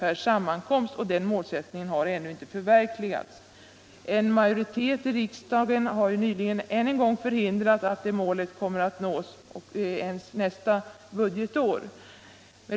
per sammankomst. Den målsättningen har ännu inte förverkligats. En majoritet i riksdagen har nyligen än en gång förhindrat att det målet kommer att nås ens nästa budgetår.